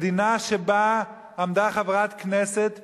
מדינה שבה עמדה חברת כנסת ששולטת,